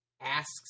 asks